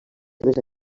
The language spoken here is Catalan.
seves